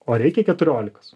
o reikia keturiolikos